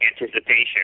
anticipation